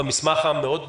במסמך המאוד מפורט,